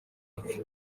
apfa